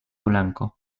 blanco